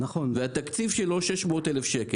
והתקציב שלו הוא 600,000 ₪.